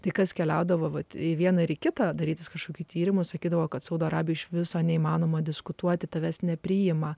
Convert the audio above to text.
tai kas keliaudavo į vieną ir į kitą darytis kažkokie tyrimus sakydavo kad saudo arabija iš viso neįmanoma diskutuoti tavęs nepriima